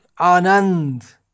anand